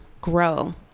grow